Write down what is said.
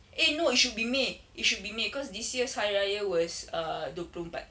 eh no it should be may it should be may cause this year's hari raya was err dua puluh empat